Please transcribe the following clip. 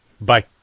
Bye